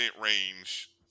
range